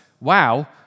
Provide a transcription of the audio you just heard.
wow